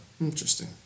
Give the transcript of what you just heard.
Interesting